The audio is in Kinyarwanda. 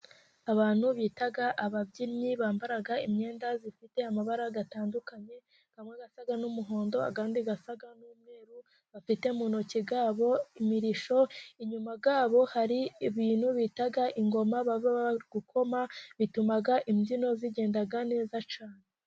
Abantu bita ababyinnyi bambara imyenda ifite amabara atandukanye. Amwe asa n'umuhondo, andi asa n'umweru. Bafite mu ntoki zabo imirishyo. Inyuma yabo hari ibintu bita ingoma, baba bari gukoma. Bituma imbyino zigenda neza cyane.